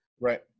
Right